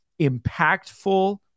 impactful